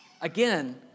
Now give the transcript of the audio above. Again